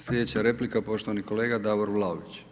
Sljedeća replika, poštovani kolega Davor Vlaović.